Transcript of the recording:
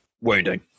wounding